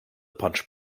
punch